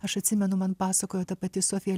aš atsimenu man pasakojo ta pati sofija